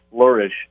flourish